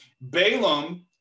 balaam